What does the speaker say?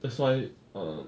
that's why um